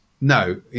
no